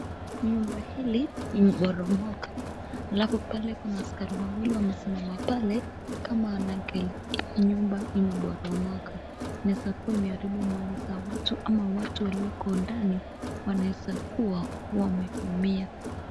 Nyumba hili imeporomoka alafu pale kuna askari wawili wamesimama pale kama wanaangalia hii nyumba imeporomoka. Inaweza kuwa imeharibu mali za watu ama watu walioko ndani wanaweza kuwa wameumia.